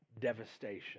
devastation